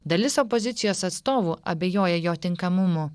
dalis opozicijos atstovų abejoja jo tinkamumu